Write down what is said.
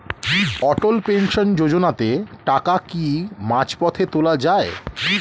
অটল pension যোজনাতে টাকা কি মাঝপথে তোলা যায়?